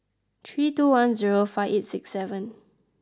three two one zero five eight six seven